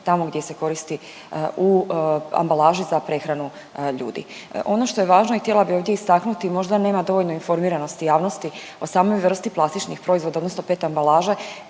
tamo gdje se koristi u ambalaži za prehranu ljudi. Ono što je važno i htjela bih ovdje istaknuti, možda nema dovoljno informiranosti javnosti o samoj vrsti plastičnih proizvoda, odnosno PET ambalaža